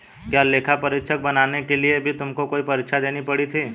क्या लेखा परीक्षक बनने के लिए भी तुमको कोई परीक्षा देनी पड़ी थी?